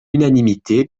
unanimité